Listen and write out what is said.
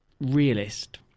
realist